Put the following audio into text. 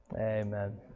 amen